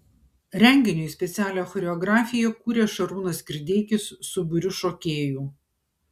renginiui specialią choreografiją kūrė šarūnas kirdeikis su būriu šokėjų